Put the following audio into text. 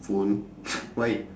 phone why